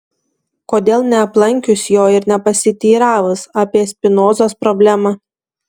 kodėl neaplankius jo ir nepasiteiravus apie spinozos problemą